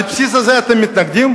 על בסיס זה אתם מתנגדים?